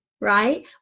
Right